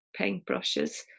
paintbrushes